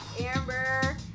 Amber